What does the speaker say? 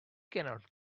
cannot